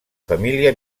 família